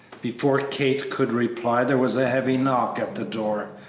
before kate could reply there was a heavy knock at the door,